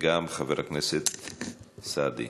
וגם חבר הכנסת סעדי.